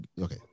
okay